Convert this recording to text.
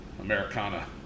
Americana